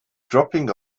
dropping